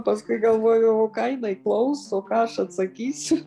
paskui galvoju o ką jinai klaus o ką aš atsakysiu